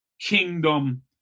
kingdom